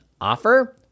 offer